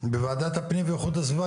בוועדת הפנים ואיכות הסביבה,